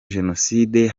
jenoside